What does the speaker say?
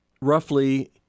roughly